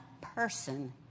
person